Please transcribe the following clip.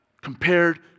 compared